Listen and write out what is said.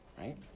right